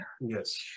Yes